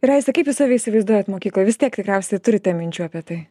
ir aiste kaip jūs save įsivaizduojat mokykloj vis tiek tikriausiai turite minčių apie tai